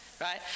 right